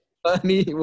Funny